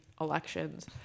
elections